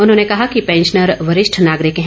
उन्होंने कहा कि पैंशनर वरिष्ठ नागरिक हैं